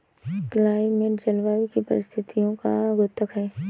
climate जलवायु की परिस्थितियों का द्योतक है